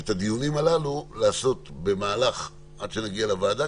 את הדיונים הללו לעשות עד שנגיע לוועדה,